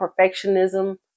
perfectionism